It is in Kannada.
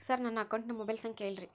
ಸರ್ ನನ್ನ ಅಕೌಂಟಿನ ಮೊಬೈಲ್ ಸಂಖ್ಯೆ ಹೇಳಿರಿ